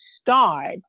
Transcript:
start